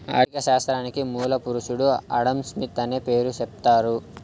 ఆర్ధిక శాస్త్రానికి మూల పురుషుడు ఆడంస్మిత్ అనే పేరు సెప్తారు